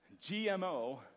GMO